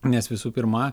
nes visų pirma